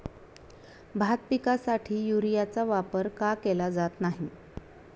भात पिकासाठी युरियाचा वापर का केला जात नाही?